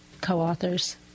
co-authors